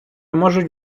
можуть